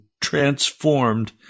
transformed